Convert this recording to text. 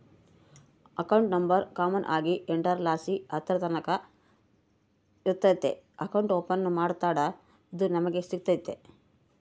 account number common ಆಗಿ ಎಂಟುರ್ಲಾಸಿ ಹತ್ತುರ್ತಕನ ಇರ್ತತೆ ಅಕೌಂಟ್ ಓಪನ್ ಮಾಡತ್ತಡ ಇದು ನಮಿಗೆ ಸಿಗ್ತತೆ